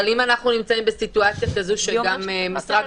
אבל אם אנחנו נמצאים בסיטואציה כזו שגם משרד